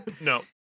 No